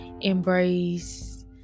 embrace